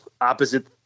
opposite